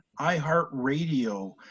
iHeartRadio